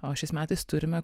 o šiais metais turime